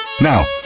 Now